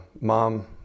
Mom